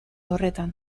horretan